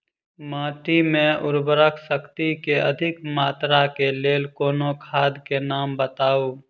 माटि मे उर्वरक शक्ति केँ अधिक मात्रा केँ लेल कोनो खाद केँ नाम बताऊ?